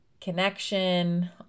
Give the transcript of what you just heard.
connection